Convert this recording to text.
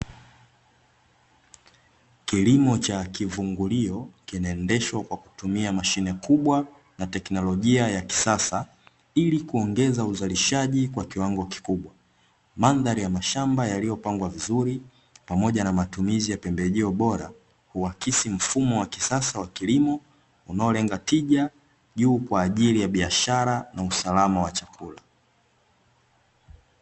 Kilimo cha kivungulio kinaendeshwa kwa kutumia mashine kubwa na tekinolojia ya kisasa ili kuongeza uzalishaji kwa kiwango kikubwa, mandhari ya mashamba yaliyopangwa vizuri pamoja na matumizi ya pembejeo bora uhakisi mfumo wa kisasa wa kilimo unaolenga tija juu kwa ajili ya biashara na usalama wa chakula.